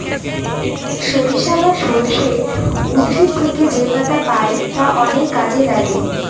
সরিষা বা সর্ষে উদ্ভিদ থেকে যেপাতা পাই তা অনেক কাজে লাগে